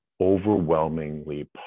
overwhelmingly